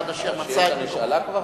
עד אשר מצא את מקומו,